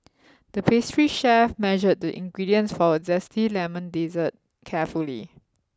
the pastry chef measured the ingredients for a zesty lemon dessert carefully